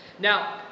Now